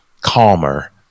calmer